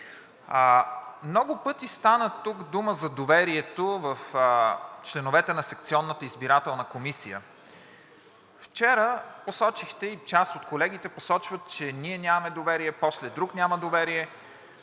Много пъти тук стана дума за доверието в членовете на секционната избирателна комисия. Вчера посочихте, и част от колегите посочват, че ние нямаме доверие, после друг няма доверие.